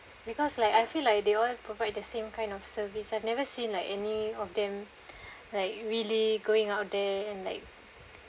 because like I feel like they all provide the same kind of service I've never seen like any of them like really going out there and like